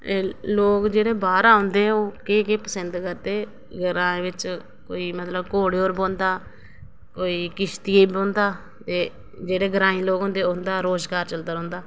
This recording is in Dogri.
लोक जेह्ड़े बाह्रा औंदे ओह् केह् केह् पसंद करदे ग्राएं बिच कोई मतलब घोड़े र बौंह्दा कोई किश्ती र बौंह्दा ते जेहड़े ग्राईं लोक होंदे उंदा रोजगार चलदा रौंह्दा